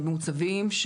מוצבים,